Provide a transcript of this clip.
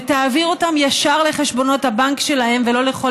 ותעביר אותם ישר לחשבונות הבנק שלהם ולא לכל